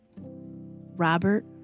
Robert